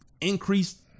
increased